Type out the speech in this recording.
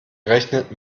rechnet